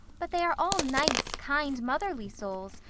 but they are all nice, kind, motherly souls,